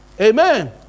Amen